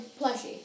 plushie